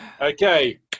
Okay